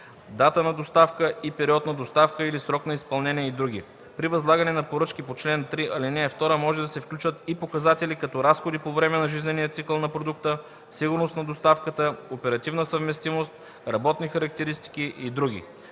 дата на доставка и период на доставка или срок на изпълнение и други; при възлагане на поръчки по чл. 3, ал. 2 може да се включат и показатели като разходи по време на жизнения цикъл на продукта, сигурност на доставката, оперативна съвместимост, работни характеристики и други;